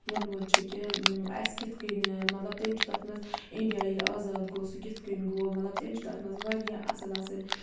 وونمُت چھُ کہِ اَسہِ کِتھ کنۍ مَطلَب تٔمۍ چھُ تَتھ مَنٛز اِنڈیا ییٚلہِ آزاد گوٚو سُہ کِتھ کنۍ گوٚو مَطلَب تٔمۍ چھِ تَتھ مَنٛز واریاہ اصل اصل